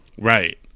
Right